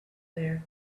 there